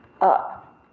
up